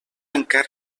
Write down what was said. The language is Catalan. tancar